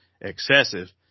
excessive